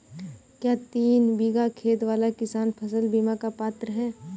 क्या तीन बीघा खेत वाला किसान फसल बीमा का पात्र हैं?